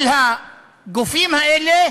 של הגופים האלה